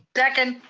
second.